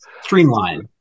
Streamline